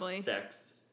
sex